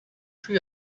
three